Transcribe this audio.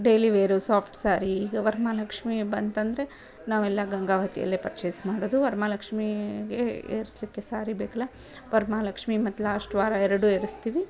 daily wear soft sari ಈಗ ವರ್ಮಹಾಲಕ್ಷ್ಮೀ ಬಂತಂದರೆ ನಾವೆಲ್ಲ ಗಂಗಾವತಿಯಲ್ಲೇ ಪರ್ಚೇಸ್ ಮಾಡೋದು ವರ್ಮಹಾಲಕ್ಷ್ಮೀಗೆ ಏರಿಸ್ಲಿಕ್ಕೆ ಸಾರಿ ಬೇಕಲ್ಲ ವರ್ಮಹಾಲಕ್ಷ್ಮೀ ಮತ್ತು ಲಾಶ್ಟ್ ವಾರ ಎರಡೂ ಏರಿಸ್ತೀವಿ